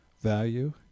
value